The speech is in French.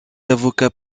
avocat